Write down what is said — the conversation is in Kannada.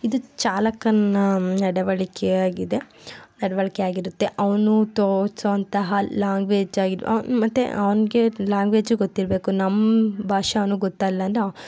ಇದು ಚಾಲಕನ ನಡವಳಿಕೆ ಆಗಿದೆ ನಡವಳಿಕೆ ಆಗಿರುತ್ತೆ ಅವನು ತೋರಿಸುವಂತಹ ಲ್ಯಾಂಗ್ವೇಜ್ ಮತ್ತೆ ಅವನಿಗೆ ಲ್ಯಾಂಗ್ವೇಜು ಗೊತ್ತಿರಬೇಕು ನಮ್ಮ ಭಾಷೆ ಅವನ್ಗೊತ್ತಲ್ಲ ಅಂದರೆ